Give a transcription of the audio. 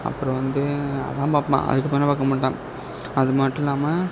அப்புறம் வந்து அதுதான் பார்ப்பேன் அதுக்கு அப்புறம்லாம் பார்க்க மாட்டேன் அது மட்டும் இல்லாமல்